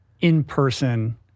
in-person